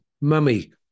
Mummy